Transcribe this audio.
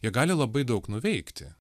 jie gali labai daug nuveikti